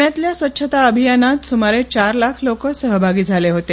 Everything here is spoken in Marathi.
पृण्यातल्या स्वच्छता अभियानात सुमारे चार लाख लोक सहभागी झाले होते